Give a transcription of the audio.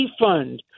defund